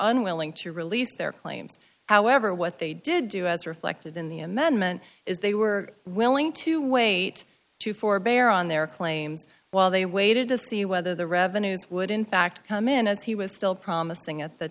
unwilling to release their claims however what they did do as reflected in the amendment is they were willing to wait to forbear on their claims while they waited to see whether the revenues would in fact come in as he was still promising at the